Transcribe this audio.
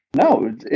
No